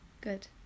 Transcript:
Good